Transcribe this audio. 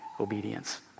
obedience